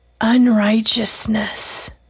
unrighteousness